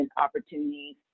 opportunities